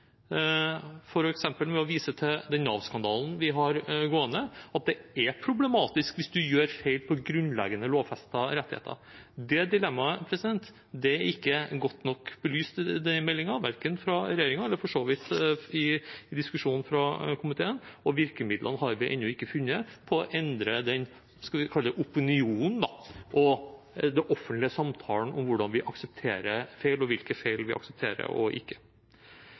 vise til den Nav-skandalen vi har gående – at det er problematisk hvis man gjør feil når det gjelder grunnleggende lovfestede rettigheter. Det dilemmaet er ikke godt nok belyst, verken av regjeringen i meldingen eller for så vidt i diskusjonen i komiteen, og vi har ennå ikke funnet virkemidlene for å endre den – skal vi kalle det – opinionen og den offentlige samtalen om hvordan vi aksepterer feil, og hvilke feil vi aksepterer og ikke.